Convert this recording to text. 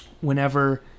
whenever